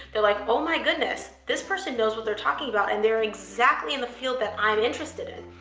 they're like, oh my goodness. this person knows what they're talking about and they're exactly in the field that i'm interested in.